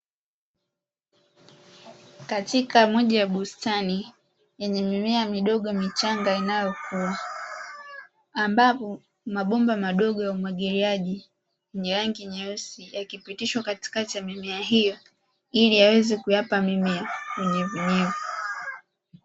Katika moja ya bustani yenye mimea midogo michanga inayokuwa ambapo mabomba madogo ya umwagiliaji ya rangi nyeusi yakipitishwa katikati ya mimea hiyo ili yaweze kuipa mimea unyevunyevu.